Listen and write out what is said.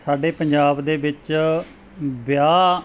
ਸਾਡੇ ਪੰਜਾਬ ਦੇ ਵਿੱਚ ਵਿਆਹ